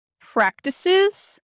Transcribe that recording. practices